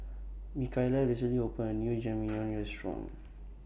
Mikaila recently opened A New Jajangmyeon Restaurant